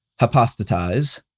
hypostatize